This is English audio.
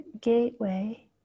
gateway